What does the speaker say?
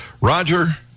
Roger